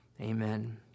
Amen